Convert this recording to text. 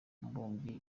mubumbyi